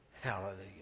Hallelujah